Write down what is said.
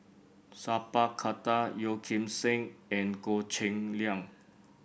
Sat Pal Khattar Yeo Kim Seng and Goh Cheng Liang